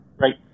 Right